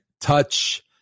touch